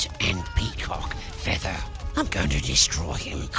peacock feather! i'm going to destroy him!